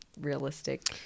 realistic